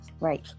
Right